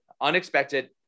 unexpected